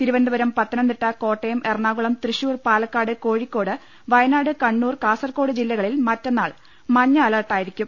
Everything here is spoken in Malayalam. തിരുവനന്തപുരം പത്തനംതിട്ട കോട്ടയം എറണാകുളം തൃശൂർ പാലക്കാട് കോഴിക്കോട് വയനാട് കണ്ണൂർ കാസർകോട് ജില്ലകളിൽ മറ്റുന്നാൾ മഞ്ഞ അലർട്ടായിരിക്കും